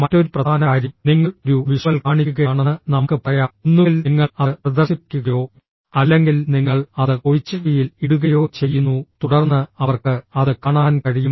മറ്റൊരു പ്രധാന കാര്യം നിങ്ങൾ ഒരു വിഷ്വൽ കാണിക്കുകയാണെന്ന് നമുക്ക് പറയാം ഒന്നുകിൽ നിങ്ങൾ അത് പ്രദർശിപ്പിക്കുകയോ അല്ലെങ്കിൽ നിങ്ങൾ അത് ഒഎച്ച്പിയിൽ ഇടുകയോ ചെയ്യുന്നു തുടർന്ന് അവർക്ക് അത് കാണാൻ കഴിയും